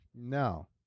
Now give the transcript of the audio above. No